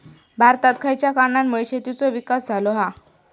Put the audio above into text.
भारतात खयच्या कारणांमुळे शेतीचो विकास झालो हा?